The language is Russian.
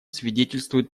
свидетельствует